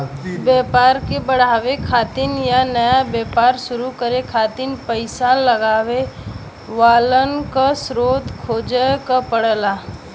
व्यापार क बढ़ावे खातिर या नया व्यापार शुरू करे खातिर पइसा लगावे वालन क स्रोत खोजे क पड़ला